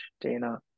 Dana